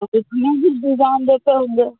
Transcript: तो उसमें भी डिजाईन देते होंगे